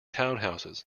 townhouses